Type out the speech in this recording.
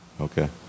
Okay